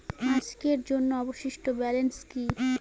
আজকের জন্য অবশিষ্ট ব্যালেন্স কি?